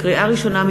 לקריאה ראשונה,